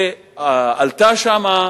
שעלתה שם,